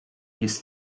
his